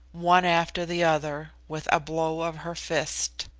one after the other, with a blow of her fist.